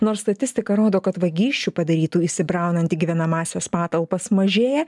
nors statistika rodo kad vagysčių padarytų įsibraunant į gyvenamąsias patalpas mažėja